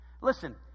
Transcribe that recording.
Listen